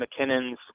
McKinnon's